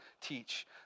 teach